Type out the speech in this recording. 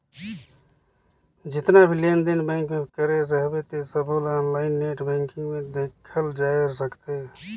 जेतना भी लेन देन बेंक मे करे रहबे ते सबोला आनलाईन नेट बेंकिग मे देखल जाए सकथे